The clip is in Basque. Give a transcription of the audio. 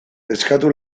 eskatu